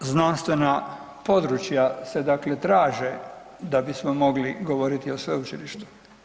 Dva znanstvena područja se dakle traže da bismo mogli govoriti o sveučilištu.